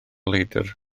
leidr